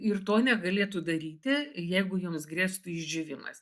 ir to negalėtų daryti jeigu joms grėstų išdžiūvimas